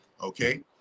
okay